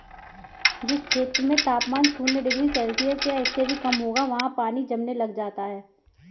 जिस क्षेत्र में तापमान शून्य डिग्री सेल्सियस या इससे भी कम होगा वहाँ पानी जमने लग जाता है